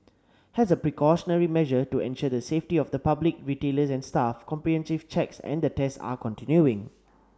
as a precautionary measure to ensure the safety of the public retailers and staff comprehensive checks and the tests are continuing